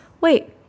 wait